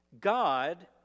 God